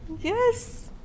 yes